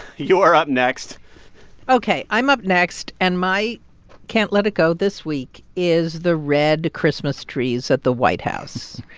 you're up next ok. i'm up next, and my can't let it go this week is the red christmas trees at the white house.